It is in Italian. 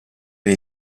dei